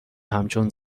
همچون